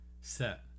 set